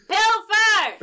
Pilfer